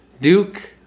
Duke